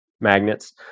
magnets